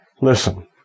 Listen